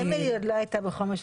אמילי עוד לא היתה בחומש.